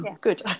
good